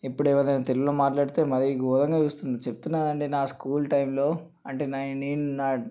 ఇప్పుడు ఎవరైనా తెలుగులో మాట్లాడితే మరీగోరంగా చూస్తుండ్రు చెప్తున్నాకదండి నా స్కూల్ టైమ్లో అంటే నేను నా